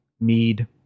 mead